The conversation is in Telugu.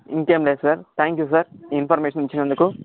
ఇంకేంలేదు sir thank you sir information ఇచ్చినందుకు